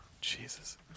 Jesus